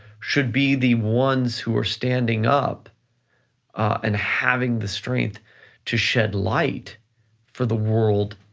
should be the ones who are standing up and having the strength to shed light for the world,